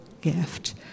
gift